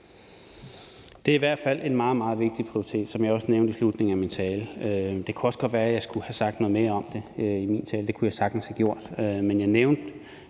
Det er hvert fald en meget, meget vigtig prioritet, som jeg også nævnte i slutningen af min tale. Det kunne også godt være, jeg skulle have sagt noget mere om det i min tale. Det kunne jeg sagtens have gjort,